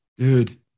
Dude